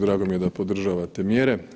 Drago mi je da podržavate mjere.